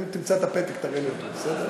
אם תמצא את הפתק, תראה לי אותו, בסדר.